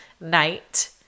night